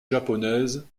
japonaise